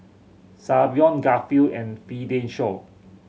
Savion Garfield and Fidencio